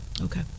Okay